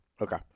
Okay